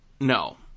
No